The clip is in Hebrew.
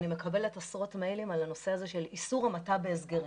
אני מקבלת עשרות מיילים על הנושא הזה של איסור המתה בהסגרים,